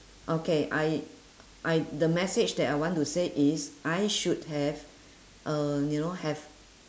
okay I I the message that I want to say is I should have uh you know have